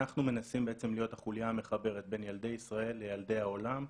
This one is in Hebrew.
אנחנו מנסים בעצם להיות החוליה המחברת בין ילדי ישראל לילדי העולם,